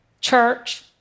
church